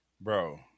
Bro